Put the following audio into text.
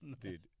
Dude